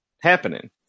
happening